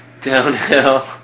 Downhill